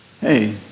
Hey